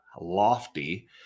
lofty